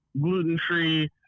gluten-free